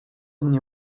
mnie